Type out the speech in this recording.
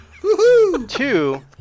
Two